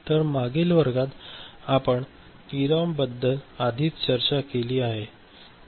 तर मागील वर्गात आपण पीरॉम बद्दल आधीच चर्चा केली आहे